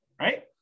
right